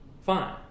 Fine